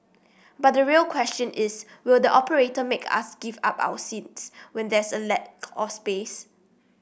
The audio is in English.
but the real question is will the operator make us give up our seats when there's a lack of space